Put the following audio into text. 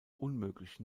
unmöglich